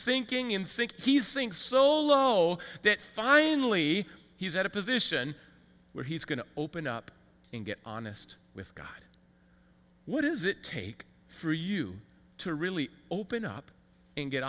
thinking in sync he's saying solo that finally he's at a position where he's going to open up and get honest with god what does it take for you to really open up and get